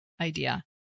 idea